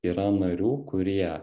yra narių kurie